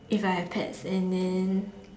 if I have pets and then